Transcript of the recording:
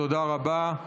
תודה רבה.